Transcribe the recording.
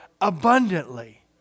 abundantly